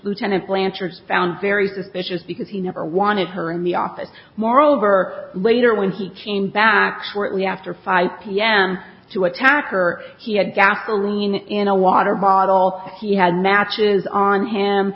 lieutenant lancers found very suspicious because he never wanted her in the office moreover later when he changed back shortly after five pm to attacker he had gasoline in a water bottle he had matches on him